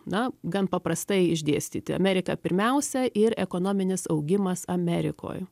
na gan paprastai išdėstyti amerika pirmiausia ir ekonominis augimas amerikoj